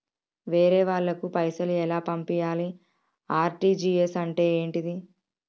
వేరే వాళ్ళకు పైసలు ఎలా పంపియ్యాలి? ఆర్.టి.జి.ఎస్ అంటే ఏంటిది?